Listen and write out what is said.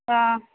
ஆ